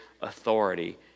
authority